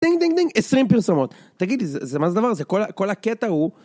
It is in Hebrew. דינג, דינג, דינג, 20 פרסומות, תגידי, מה זה הדבר הזה? כל הקטע הוא...